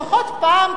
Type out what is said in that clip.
לפחות פעם,